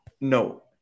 no